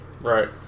Right